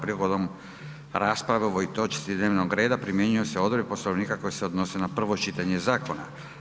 Prigodom rasprave o ovoj točci dnevnog reda primjenjuju se odredbe Poslovnika koje se odnose na prvo čitanje zakona.